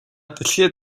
дэлхий